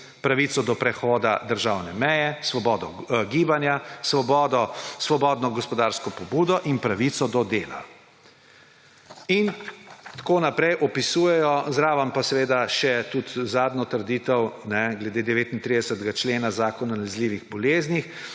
pravico do prehoda državne meje, svobodo gibanja, svobodno gospodarsko pobudo in pravico do dela. In tako naprej opisujejo. Potem še tudi na zadnjo trditev glede 39. člena Zakona o nalezljivih boleznih,